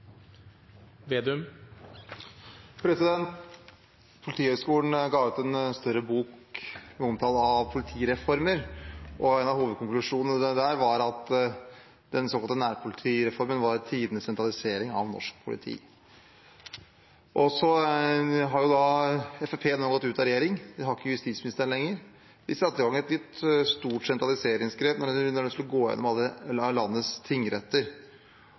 Politihøgskolen ga ut en større bok med omtale av politireformer, og en av hovedkonklusjonene der var at den såkalte nærpolitireformen var tidenes sentralisering av norsk politi. Nå har Fremskrittspartiet gått ut av regjering, de har ikke lenger justisministeren. De satte i gang et nytt, stort sentraliseringsgrep der de skulle gå igjennom alle landets tingretter.